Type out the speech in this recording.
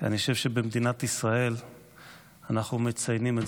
אני חושב שבמדינת ישראל אנחנו מציינים את